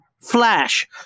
Flash